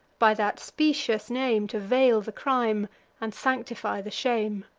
by that specious name to veil the crime and sanctify the shame.